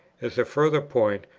as a further point,